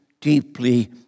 deeply